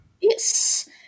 Yes